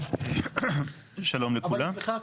סליחה,